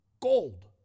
gold